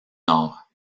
nord